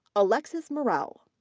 alexis morell.